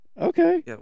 Okay